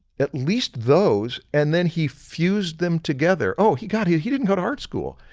at least those and then he fused them together, oh he got he he didn't go to art school,